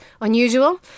unusual